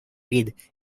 reed